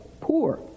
poor